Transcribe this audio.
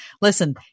Listen